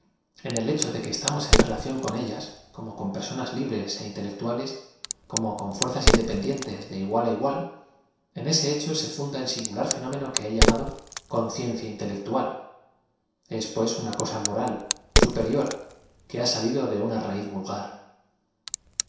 en el hecho de que estamos en relación con hias como con personas libres é intelectuales como con fuerzas independientes de igual á igual en ese hecho se funda el singular fenómeno que he llamado conciencia intelectual es pues una cosa m oral superior que ha salido de uoa raíz